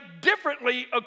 differently